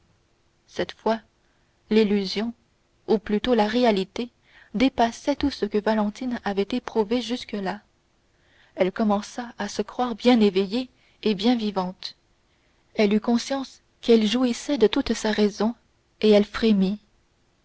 cette fois l'illusion ou plutôt la réalité dépassait tout ce que valentine avait éprouvé jusque-là elle commença à se croire bien éveillée et bien vivante elle eut conscience qu'elle jouissait de toute sa raison et elle frémit